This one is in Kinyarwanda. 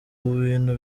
ibintu